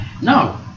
No